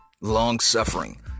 Long-suffering